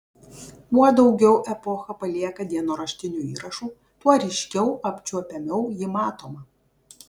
kuo daugiau epocha palieka dienoraštinių įrašų tuo ryškiau apčiuopiamiau ji matoma